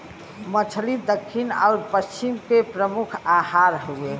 मछली दक्खिन आउर पश्चिम के प्रमुख आहार हउवे